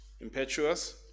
Impetuous